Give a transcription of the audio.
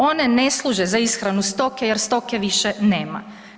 One ne služe za ishranu stoke jer stoke više nema.